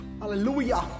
Hallelujah